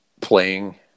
playing